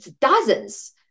dozens